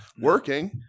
working